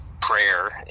prayer